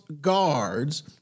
guards